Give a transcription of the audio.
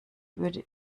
würde